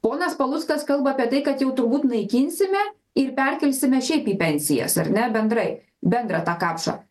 ponas paluckas kalba apie tai kad jau turbūt naikinsime ir perkelsime šiaip į pensijas ar ne bendrai bendrą tą kapšą